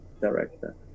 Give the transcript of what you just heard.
director